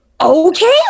okay